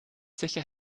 sicher